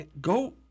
go